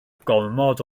gormod